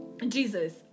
Jesus